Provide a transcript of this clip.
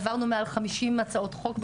העברנו מעל חמישים הצעות חוק,